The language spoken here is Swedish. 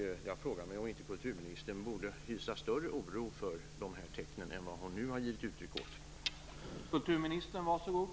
Jag frågar mig om kulturministern inte borde hysa större oro för dessa tecken än vad hon nu har givit uttryck åt.